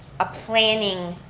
a planning